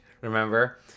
remember